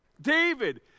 David